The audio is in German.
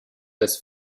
des